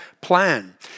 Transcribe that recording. plan